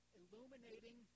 illuminating